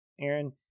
Aaron